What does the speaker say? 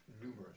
numerous